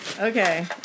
Okay